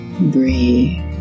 Breathe